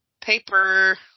paper